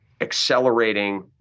accelerating